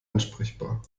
ansprechbar